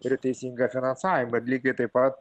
ir teisingą finansavimą ir lygiai taip pat